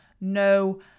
no